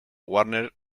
warner